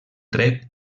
dret